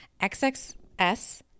XXS